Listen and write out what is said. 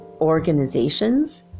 organizations